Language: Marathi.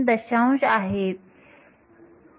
0213 आहे